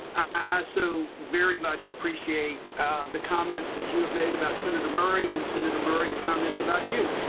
i so very much appreciate the comments that you have made about senator murray and senator murray's comments about you.